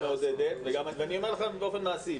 היהדות מעודדת אבל אני אומר עכשיו באופן מעשי.